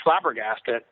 flabbergasted